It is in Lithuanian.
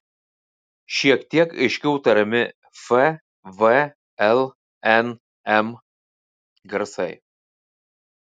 šiek tiek aiškiau tariami f v l n m garsai